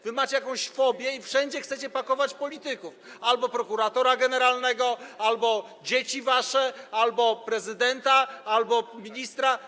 Wy macie jakąś fobię i wszędzie chcecie pakować polityków - albo prokuratora generalnego, albo dzieci wasze, albo prezydenta, albo ministra.